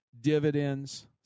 dividends